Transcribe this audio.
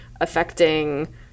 affecting